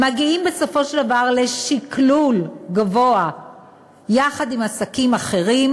מגיעים בסופו של דבר לשקלול גבוה יחד עם עסקים אחרים,